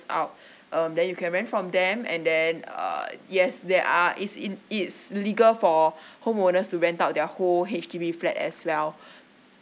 out um then you can rent from them and then uh yes there are it's in it's legal for homeowners to rent out their whole H_D_B flat as well